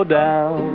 down